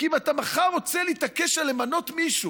כי אם אתה מחר רוצה להתעקש על למנות מישהו